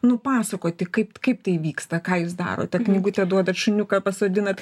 nupasakoti kaip kaip tai vyksta ką jūs darote knygutę duodat šuniuką pasodinat